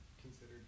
considered